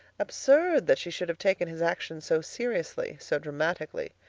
absurd that she should have taken his action so seriously, so dramatically.